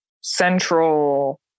central